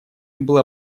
была